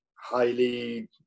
highly